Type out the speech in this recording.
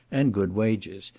and good wages,